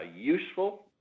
useful